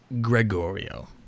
Gregorio